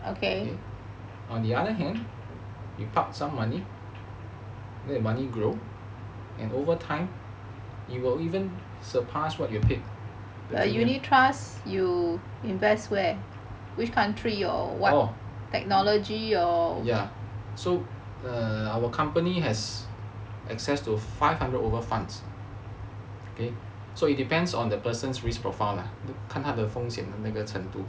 on the other hand you park some money let your money grow and over time it will even surpass what you have paid so err our company has access to five hundred over funds okay so it depends on the person's risk profile lah 看他的风险的那个程度